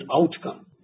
outcome